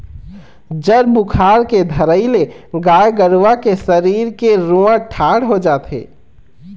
जर बुखार के धरई ले गाय गरुवा के सरीर के रूआँ ठाड़ हो जाथे